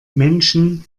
menschen